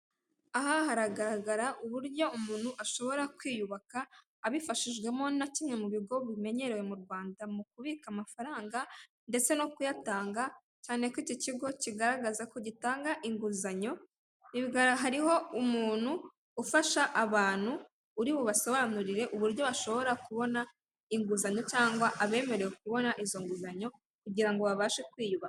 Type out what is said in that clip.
Aha hagaragara uburyo umuntu ashobora kwiyubaka abifashijwemo na kimwe mu bigo bimenyerewe mu Rwanda mu kubika amafaranga ndetse no kuyatanga, cyane ko icyo kigo kigaragaza ko gitanga inguzanyo ibigara hariho umuntu ufasha abantu, uri bubasobanurire uburyo bashobora kubona inguzanyo cyangwa abemerewe kubona izo nguzanyo kugira ngo babashe kwiyubaha.